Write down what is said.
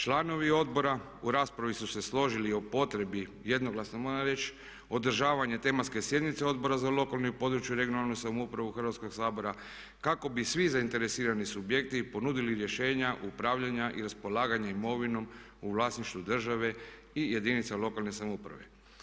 Članovi odbora u raspravi su se složili o potrebi, jednoglasno moja riječ, održavanje tematske sjednice Odbora za lokalnu i područnu, regionalnu samoupravu Hrvatskog sabora kako bi svi zainteresirani subjekti ponudili rješenja upravljanja i raspolaganja imovinom u vlasništvu države i jedinica lokalne samouprave.